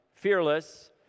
fearless